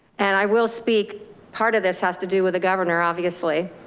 and i will speak part of this has to do with the governor, obviously.